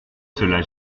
cela